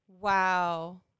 Wow